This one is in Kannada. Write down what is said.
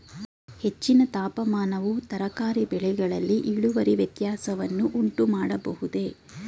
ಹೆಚ್ಚಿನ ತಾಪಮಾನವು ತರಕಾರಿ ಬೆಳೆಗಳಲ್ಲಿ ಇಳುವರಿ ವ್ಯತ್ಯಾಸವನ್ನು ಉಂಟುಮಾಡಬಹುದೇ?